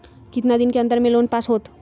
कितना दिन के अन्दर में लोन पास होत?